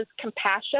compassion